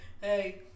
hey